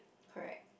correct